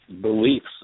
beliefs